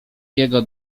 jego